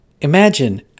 Imagine